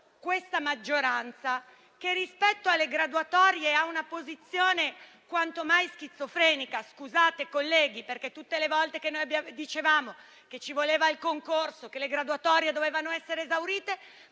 questa maggioranza che, rispetto alle graduatorie, ha una posizione quanto mai schizofrenica. Tutte le volte che dicevamo che ci voleva il concorso e che le graduatorie dovevano essere esaurite,